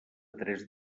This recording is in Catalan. tres